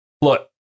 Look